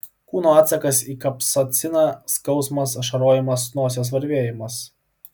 kūno atsakas į kapsaiciną skausmas ašarojimas nosies varvėjimas